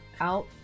out